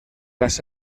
las